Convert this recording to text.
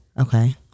Okay